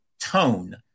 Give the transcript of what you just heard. tone